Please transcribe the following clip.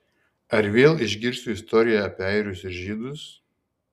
ar vėl išgirsiu istoriją apie airius ir žydus